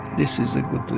this is a good